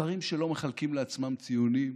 שרים שלא מחלקים לעצמם ציונים,